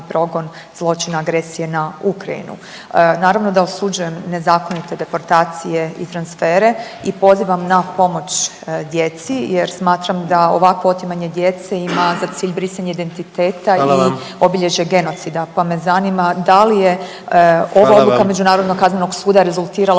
progon zločina, agresije na Ukrajinu. Naravno da osuđujem nezakonite deportacije i transfere i pozivam na pomoć djeci, jer smatram da ovakvo otimanje djece ima za cilj brisanje identiteta … …/Upadica predsjednik: Hvala vam./… … i obilježje genocida, pa me zanima